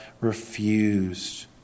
refused